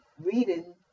reading